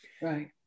Right